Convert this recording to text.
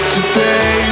Today